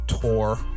Tour